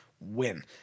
win